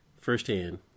firsthand